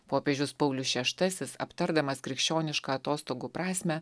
popiežius paulius šeštasis aptardamas krikščionišką atostogų prasmę